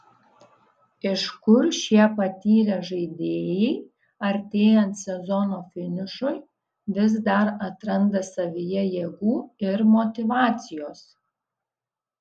iš kur šie patyrę žaidėjai artėjant sezono finišui vis dar atranda savyje jėgų ir motyvacijos